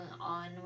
on